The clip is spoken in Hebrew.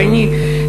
ואני,